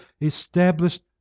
established